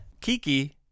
Kiki